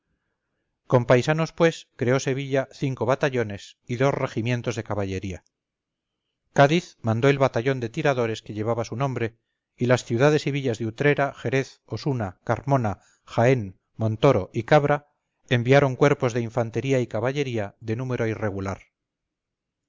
con paisanos pues creó sevilla cinco batallones y dos regimientos de caballería cádiz mandó el batallón de tiradores que llevaba su nombre y las ciudades y villas de utrera jerez osuna carmona jaén montoro y cabra enviaron cuerpos de infantería y caballería de número irregular